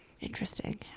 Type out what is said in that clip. interesting